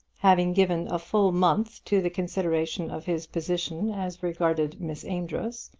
having given a full month to the consideration of his position as regarded miss amedroz,